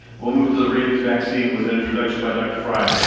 we'll move to the rabies vaccine with an introduction by dr. frey.